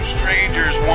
Strangers